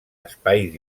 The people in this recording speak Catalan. espais